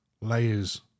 layers